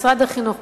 משרד החינוך,